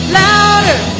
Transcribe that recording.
louder